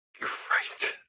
Christ